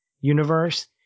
universe